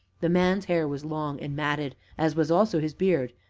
the man's hair was long and matted, as was also his beard,